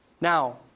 Now